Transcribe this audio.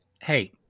hey